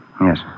Yes